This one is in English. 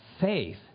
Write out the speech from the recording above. faith